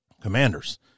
commanders